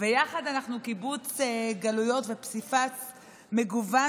ויחד אנחנו קיבוץ גלויות ופסיפס מגוון